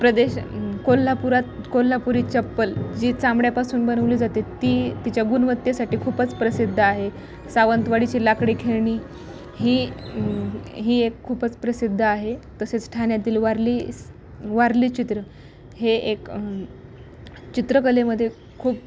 प्रदेश कोल्हापुरात कोल्हापुरी चप्पल जी चामड्यापासून बनवली जाते ती तिच्या गुणवत्तेसाठी खूपच प्रसिद्ध आहे सावंतवाडीची लाकडी खेळणी ही ही एक खूपच प्रसिद्ध आहे तसेच ठाण्यातील वारली वारली चित्र हे एक चित्रकलेमध्ये खूप